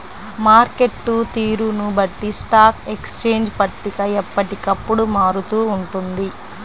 market తీరును బట్టి stock exchange పట్టిక ఎప్పటికప్పుడు మారుతూ ఉంటుంది